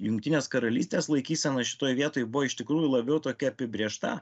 jungtinės karalystės laikysena šitoje vietoj buvo iš tikrųjų labiau tokia apibrėžta